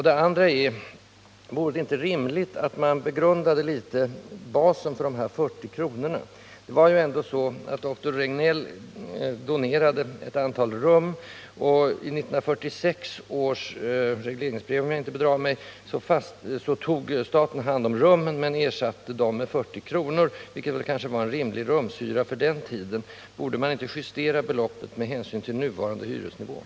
Det andra är: Vore det inte rimligt att man begrundade basen för de här 40 kronorna? Det var ju ändå så att doktor Regnell donerade ett antal rum, och genom 1946 års regleringsbrev — om jag inte bedrar mig — tog staten hand om rummen men ersatte dem med 40 kr. i månaden, vilket kanske var en rimlig rumshyra på den tiden. Borde man inte justera beloppet med hänsyn till den nuvarande hyresnivån?